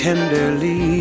Tenderly